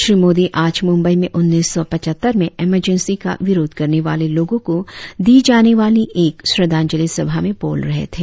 श्री मोदी आज मुम्बई में उन्नीस सौ पचहत्तर में एमरजेंसी का विरोध करने वाले लोगो को दी जाने वाली एक श्रद्धांजलि सभा में बोल रहे थे